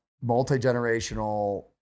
multi-generational